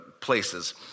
places